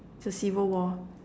to see world war